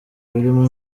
birimo